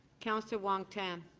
councillor wong-tam.